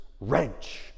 wrench